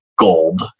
gold